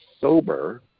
sober